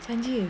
fang jie